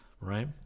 Right